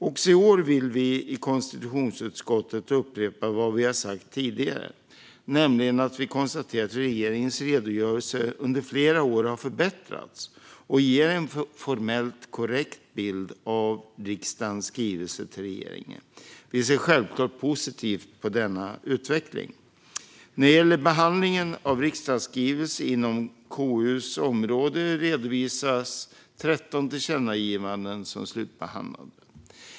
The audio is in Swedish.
Också i år vill vi i konstitutionsutskottet upprepa vad vi har konstaterat tidigare, nämligen att regeringens redogörelse under flera år har förbättrats och ger en formellt korrekt bild av riksdagens skrivelser till regeringen. Vi ser självklart positivt på denna utveckling. När det gäller behandlingen av riksdagsskrivelser inom KU:s område redovisas 13 tillkännagivanden som slutbehandlade.